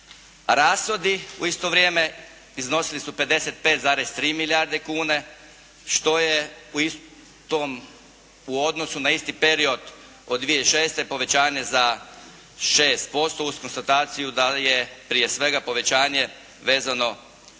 Rashodi u isto vrijeme iznosili su 55,3 milijarde kuna što je u istom, u odnosu na isti period od 2006. povećanje za 6% uz konstataciju da je prije svega povećanje vezano uz